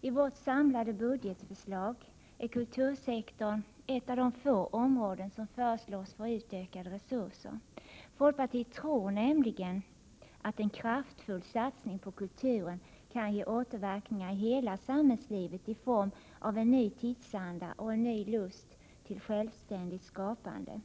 I vårt samlade budgetförslag är kultursektorn ett av de få områden som föreslås få utökade resurser. Folkpartiet tror nämligen att en kraftfull satsning på kulturen kan ge återverkningar i hela samhällslivet i form av en ny tidsanda och en ny lust till självständigt skapande.